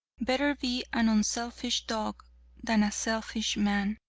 better be an unselfish dog than a selfish man.